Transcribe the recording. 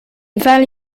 value